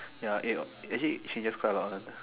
ya it it actually changes quite a lot one